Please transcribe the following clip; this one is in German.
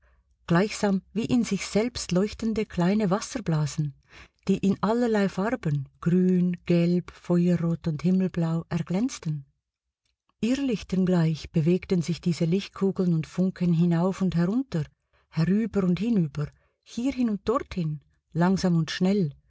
gleichsam wie in sich selbst leuchtende kleine wasserblasen die in allerlei farben grün gelb feuerrot und himmelblau erglänzten irrlichtern gleich bewegten sich diese lichtkugeln und funken hinauf und herunter herüber und hinüber hierhin und dorthin langsam und schnell